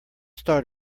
start